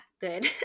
good